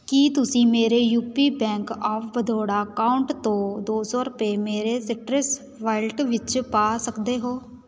ਕੀ ਤੁਸੀਂ ਮੇਰੇ UP bank of ਬਦੌੜਾ ਅਕਾਊਂਟ ਤੋਂ ਦੋ ਸੌ ਰੁਪਏ ਮੇਰੇ ਸੀਟਰਿਸ ਵਾਲਟ ਵਿੱਚ ਪਾ ਸਕਦੇ ਹੋ